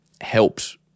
helped